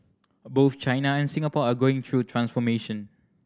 both China and Singapore are going through transformation